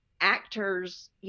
actors